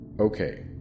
Okay